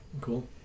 Cool